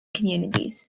communities